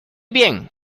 bien